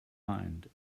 mind